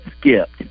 skipped